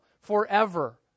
forever